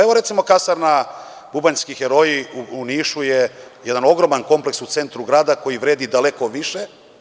Evo recimo kasarna „Bubanjski heroji“ u Nišu je jedan ogroman kompleks u centru grada koji vredi daleko više.